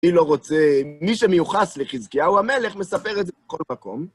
מי לא רוצה, מי שמיוחס לחזקיהו המלך, מספר את זה בכל מקום.